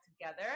together